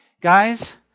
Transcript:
Guys